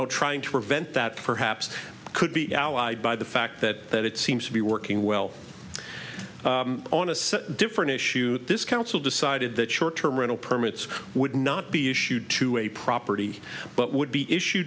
know trying to prevent that perhaps could be allied by the fact that that it seems to be working well on a different issue this council decided that short term rental permits would not be issued to a property but would be issue